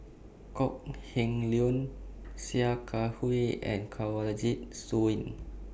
Kok Heng Leun Sia Kah Hui and Kanwaljit Soin